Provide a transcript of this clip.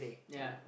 ya